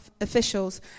officials